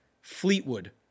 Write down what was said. Fleetwood